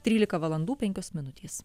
trylika valandų penkios minutės